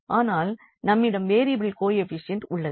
ஆனால் நம்மிடம் variable coefficient உள்ளது